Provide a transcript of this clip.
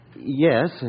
Yes